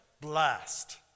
blast